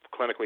clinically